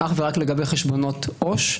אך ורק לגבי חשבונות עו"ש,